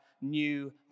new